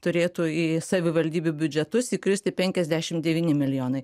turėtų į savivaldybių biudžetus įkristi penkiasdešim devyni milijonai